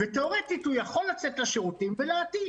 ותיאורטית הוא יכול לצאת לשירותים ולהעתיק,